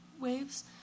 waves